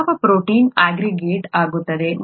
ಯಾವ protein aggregate ಆಗುತ್ತದೆ